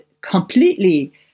completely